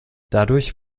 dadurch